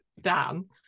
Dan